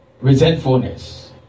Resentfulness